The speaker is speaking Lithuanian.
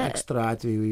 ekstra atvejų